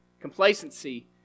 Complacency